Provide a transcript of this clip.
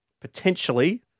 potentially